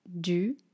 du